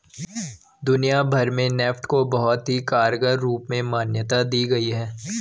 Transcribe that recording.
दुनिया भर में नेफ्ट को बहुत ही कारगर रूप में मान्यता दी गयी है